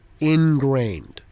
ingrained